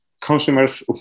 consumers